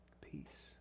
Peace